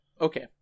Okay